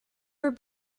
were